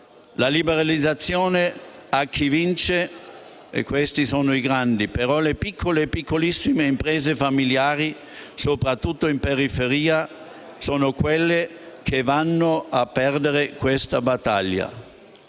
La liberalizzazione ha i suoi vincitori, cioè i grandi, ma le piccole e piccolissime imprese famigliari, soprattutto in periferia, sono quelle che vanno a perdere questa battaglia.